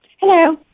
hello